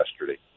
yesterday